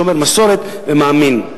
שומר מסורת ומאמין.